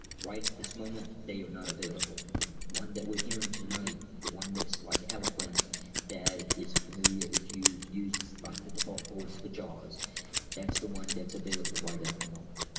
right this moment they are not available. the one that we're hearing tonight the one that's like eloquence that is familiar if you've used so like the default voice for jaws that's the one that's available right at the moment.